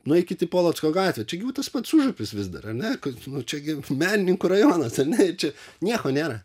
nueikit į polocko gatvę čia gi tas pats užupis vis dar ar ne čia gi menininkų rajonas ar ne čia nieko nėra